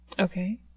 Okay